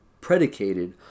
predicated